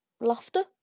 laughter